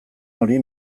hori